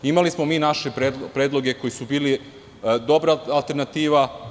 Imali smo mi naše predloge koji su bili dobra alternativa.